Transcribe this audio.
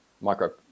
micro